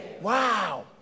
Wow